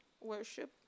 worship